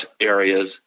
areas